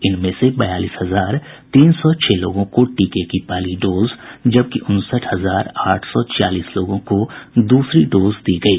इनमें से बयालीस हजार तीन सौ छह लोगों को टीके की पहली डोज जबकि उनसठ हजार आठ सौ छियालीस लोगों को दूसरी डोज दी गयी